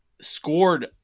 scored